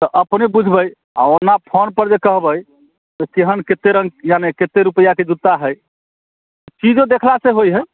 तऽ अपने बुझबै आ ओना फोन पर जे कहबै जे केहन कतेक रङ्ग यानि कतेक रुपआके जूता हइ चीजो देखला से होइत हइ